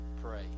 pray